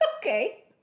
Okay